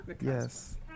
Yes